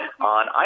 on